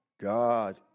God